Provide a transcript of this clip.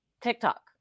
TikTok